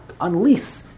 unleash